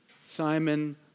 Simon